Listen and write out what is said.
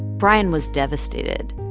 brian was devastated.